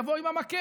יבוא עם המקל,